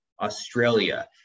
Australia